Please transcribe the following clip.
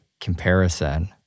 comparison